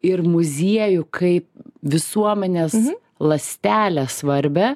ir muziejų kaip visuomenės ląstelę svarbią